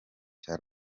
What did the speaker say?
cya